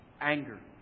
anger